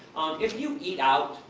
if you eat out,